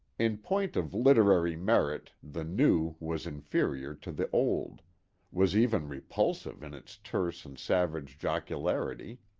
in point of literary merit the new was inferior to the old was even repulsive in its terse and savage jocularity